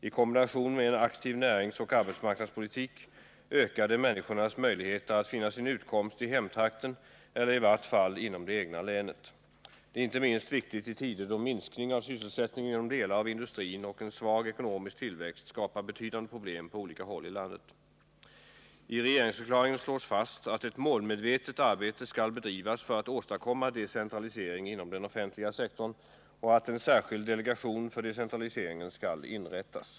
I kombination med en aktiv näringsoch arbetsmarknadspolitik ökar det människornas möjligheter att finna sin utkomst i hemtrakten eller i vart fall inom det egna länet. Det är inte minst viktigt i tider då minskning av sysselsättningen inom delar av industrin och en svag ekonomisk tillväxt skapar betydande problem på olika håll i landet. I regeringsförklaringen slås fast att ett målmedvetet arbete skall bedrivas för att åstadkomma decentralisering inom den offentliga sektorn och att en särskild delegation för decentraliseringen skall inrättas.